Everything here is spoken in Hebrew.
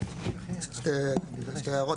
שתי הערות.